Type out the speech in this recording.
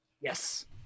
Yes